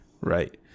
right